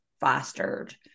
fostered